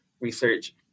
research